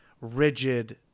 rigid